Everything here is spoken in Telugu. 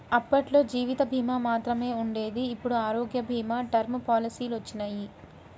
అప్పట్లో జీవిత భీమా మాత్రమే ఉండేది ఇప్పుడు ఆరోగ్య భీమా, టర్మ్ పాలసీలొచ్చినియ్యి